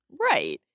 Right